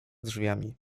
drzwiami